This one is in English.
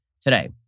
today